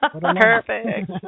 Perfect